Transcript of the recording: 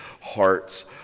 hearts